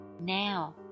Now